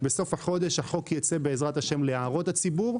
החוק יצא להערות הציבור.